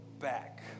back